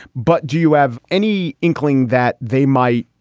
but do you have any inkling that they might,